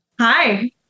Hi